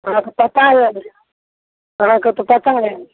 अहाँके पता यऽ अहाँके तऽ पता यऽ